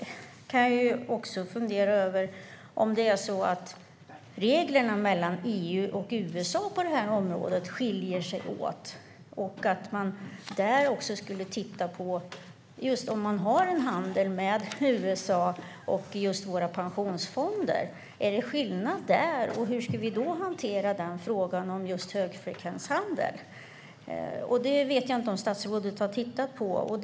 Jag funderar över om reglerna mellan EU och USA skiljer sig åt. Man kan titta på handeln med USA och våra pensionsfonder. Är det skillnad där? Hur ska vi då hantera frågan om högfrekvenshandel? Jag vet inte om statsrådet har tittat på detta.